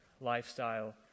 lifestyle